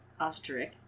Osterich